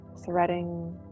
threading